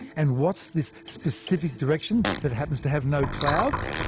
and what's this specific direction that happens to have no clouds?